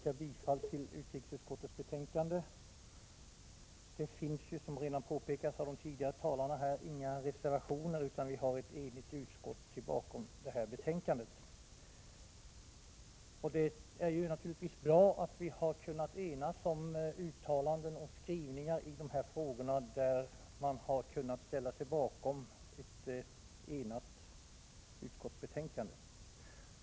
Herr talman! Jag yrkar bifall till utrikesutskottets hemställan i betänkande 4. Det finns, som redan har påpekats av tidigare talare, inga reservationer, utan vi har ett enigt utskott bakom betänkandet. Det är naturligtvis bra att vi har kunnat enas om uttalanden och skrivningar i dessa frågor, som alla har kunnat ställa sig bakom, så att vi har fått ett enhälligt utskottsbetänkande.